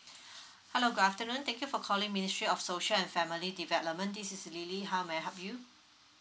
hello good afternoon thank you for calling ministry of social and family development this is lily how may I help you